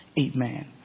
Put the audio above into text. Amen